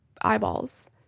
eyeballs